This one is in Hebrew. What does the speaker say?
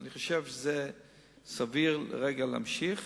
אני חושב שזה סביר כרגע להמשיך.